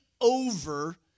over